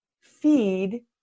feed